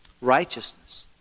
Righteousness